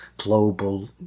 global